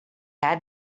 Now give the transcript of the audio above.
had